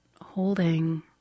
holding